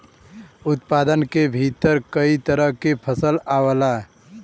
उत्पादन के भीतर कई तरह के फसल आवला